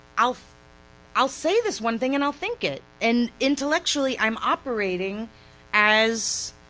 i'll i'll say this one thing, and i'll think it, and intellectually, i'm operating as